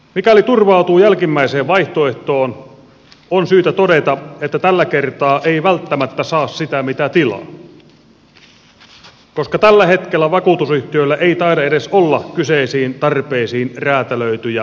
mikäli turvautuu jälkimmäiseen vaihtoehtoon on syytä todeta että tällä kertaa ei välttämättä saa sitä mitä tilaa koska tällä hetkellä vakuutusyhtiöillä ei taida edes olla kyseisiin tarpeisiin räätälöityjä vakuuksia